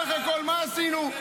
בסך הכול, מה עשינו?